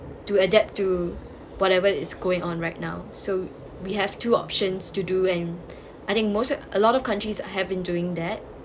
to adapt to whatever is going on right now so we have two options to do and I think most a lot of countries have been doing that